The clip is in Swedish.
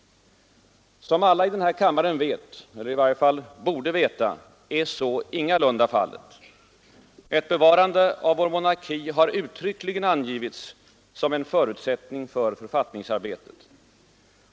Som alla i denna kammare vet, eller i varje fall borde veta, är så ingalunda fallet. Ett bevarande av vår monarki har uttryckligen angivits som en förutsättning för författningsarbetet.